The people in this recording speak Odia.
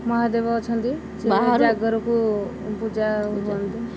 ମହାଦେବ ଅଛନ୍ତି ଜାଗାରକୁ ପୂଜା ହୁଅନ୍ତି